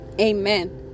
Amen